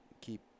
Keep